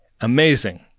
Amazing